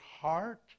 heart